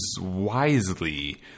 wisely